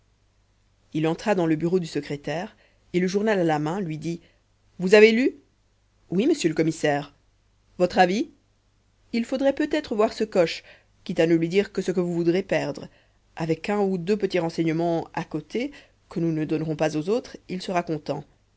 il entra dans le bureau du secrétaire et le journal à la main lui dit vous avez lu oui monsieur le commissaire votre avis il faudrait peut-être voir ce coche quitte à ne lui dire que ce que vous voudrez perdre avec un ou deux petits renseignements à côté que nous ne donnerons pas aux autres il sera content